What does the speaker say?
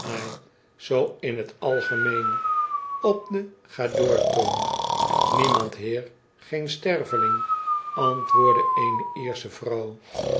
zoo in t algemeen op den ga door toon niemand heer geen sterveling antwoordde eene iersche vrouw